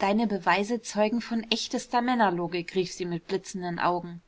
deine beweise zeugen von echtester männerlogik rief sie mit blitzenden augen